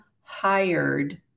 hired